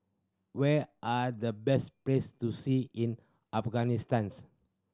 where are the best place to see in Afghanistans